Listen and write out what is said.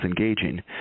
engaging